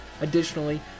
Additionally